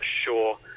sure